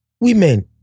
Women